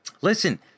Listen